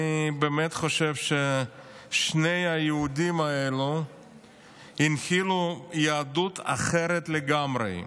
אני באמת חושב ששני היהודים האלה הנחילו יהדות אחרת לגמרי,